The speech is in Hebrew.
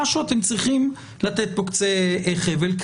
אתם צריכים לתת פה קצה חבל.